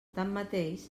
tanmateix